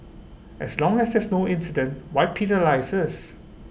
as long as there's no incident why penalise us